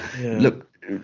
look